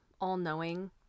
all-knowing